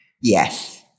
Yes